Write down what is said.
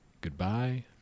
Goodbye